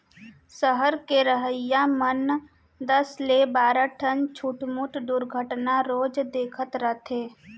सहर के रहइया मन दस ले बारा ठन छुटमुट दुरघटना रोज देखत रथें